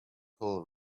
pull